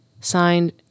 Signed